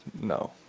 no